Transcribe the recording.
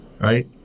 right